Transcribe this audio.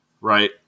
Right